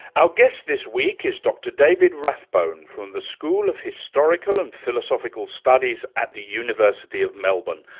our guest this week is dr david rathbone from the school of historical and philosophical studies at the university of melbourne.